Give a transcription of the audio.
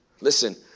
Listen